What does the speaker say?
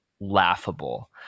laughable